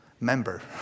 member